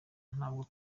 ntabwo